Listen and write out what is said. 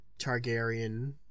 targaryen